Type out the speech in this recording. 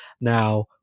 Now